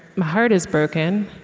my heart is broken.